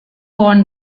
won